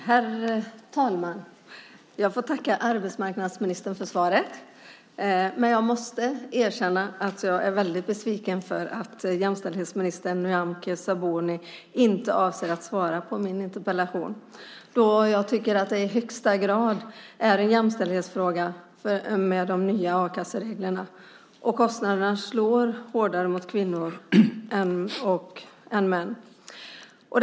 Herr talman! Jag får tacka arbetsmarknadsministern för svaret, men jag måste erkänna att jag är väldigt besviken för att jämställdhetsminister Nyamko Sabuni inte avser att svara på min interpellation då jag tycker att det i högsta grad är en jämställdhetsfråga med de nya a-kassereglerna och att kostnaderna slår hårdare mot kvinnor än mot män.